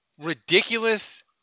ridiculous